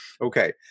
Okay